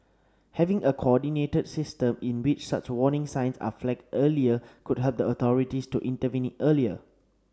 having a coordinated system in which such warning signs are flagged earlier could help the authorities to intervene earlier